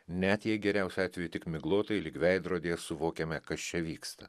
net jei geriausiu atveju tik miglotai lyg veidrodyje suvokiame kas čia vyksta